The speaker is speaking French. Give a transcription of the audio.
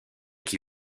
qui